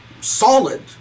solid